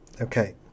Okay